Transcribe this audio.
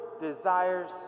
desires